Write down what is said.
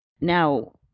Now